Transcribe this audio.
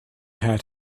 had